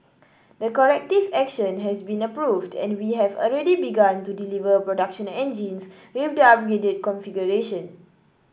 the corrective action has been approved and we have already begun to deliver production engines with the upgraded configuration